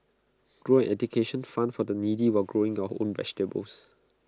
grow an education fund for the needy while growing your own vegetables